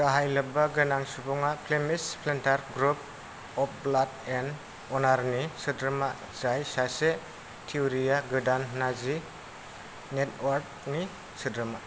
गाहाय लोब्बा गोनां सुबुङा Flemish splinter group of blood and अ'नार नि सोद्रोमा जाय सासे थिउरिया गोदान नाजी नेटवार्कनि सोद्रोमा